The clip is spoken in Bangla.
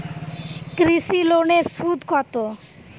কৃষি লোনের সুদ কত?